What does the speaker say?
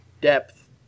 depth